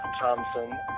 Thompson